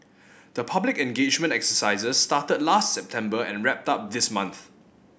the public engagement exercises started last September and wrapped up this month